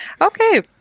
Okay